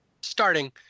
starting